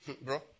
bro